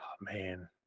man